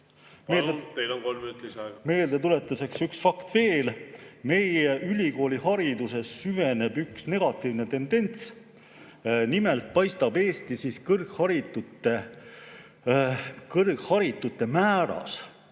eest! ... üks fakt veel. Meie ülikoolihariduses süveneb üks negatiivne tendents. Nimelt paistab Eesti puhul kõrgharitute määras